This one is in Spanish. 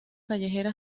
callejera